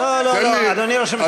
תן לי, לא, לא, לא, אדוני ראש